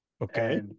Okay